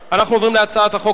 אנחנו עוברים להצעת החוק הבאה,